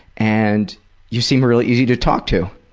and you seem really easy to talk to.